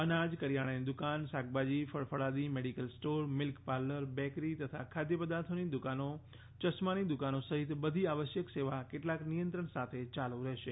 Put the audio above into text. અનાજ કરિયાણાની દુકાન શાકભાજી ફળ ફળાદિ medical store milk parlour bakery તથા ખાદ્યપદાર્થોની દુકાનો ચશ્માની દુકાનો સહિત બધી આવશ્યક સેવા કેટલાક નિયંત્રણ સાથે યાલુ રહેશે